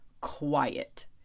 quiet